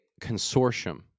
consortium